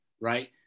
right